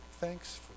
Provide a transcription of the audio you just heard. thanks